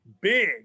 big